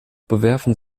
bewerfen